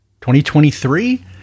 2023